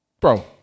Bro